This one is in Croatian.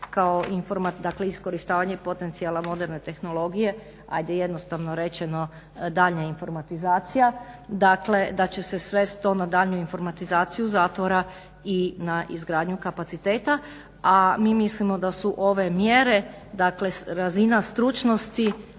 kao iskorištavanje potencijala moderne tehnologije, ajde jednostavno rečeno daljnja informatizacija, dakle da će se svesti to na daljnju informatizaciju zatvora i na izgradnju kapaciteta. A mi mislimo da su ove mjere dakle razina stručnosti,